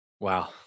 Wow